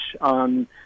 on